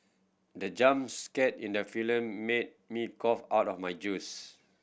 the jump scare in the film made me cough out of my juice